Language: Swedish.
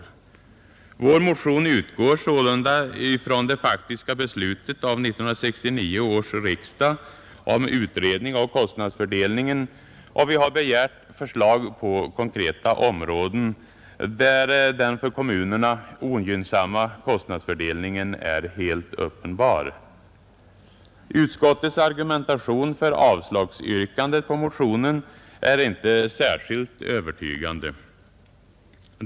Vår motion utgår sålunda från det faktiska beslutet av 1969 års riksdag om utredning av kostnadsfördelningen, och vi har begärt förslag på konkreta områden, där den för kommunerna ogynnsamma kostnadsfördelningen är helt uppenbar. Utskottets argumentation för avslagsyrkandet på motionen är inte särskilt övertygande.